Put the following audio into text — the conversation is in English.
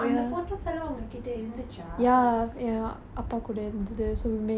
oh so nice நீங்க எல்லா:ninga ellaa photos collect